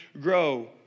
grow